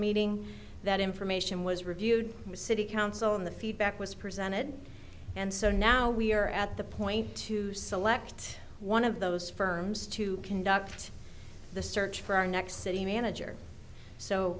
meeting that information was reviewed with city council and the feedback was presented and so now we're at the point to select one of those firms to conduct the search for our next city manager so